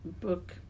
book